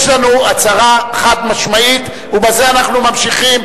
יש לנו הצהרה חד-משמעית, ובזה אנחנו ממשיכים.